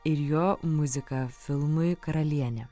ir jo muziką filmui karalienė